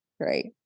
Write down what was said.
Great